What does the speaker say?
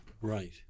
Right